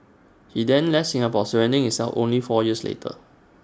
he then left Singapore surrendering himself only four years later